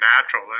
natural